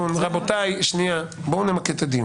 רבותיי, בואו נמקד את הדיון.